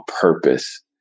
purpose